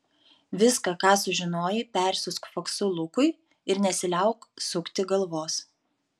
viską ką sužinojai persiųsk faksu lukui ir nesiliauk sukti galvos